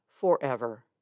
forever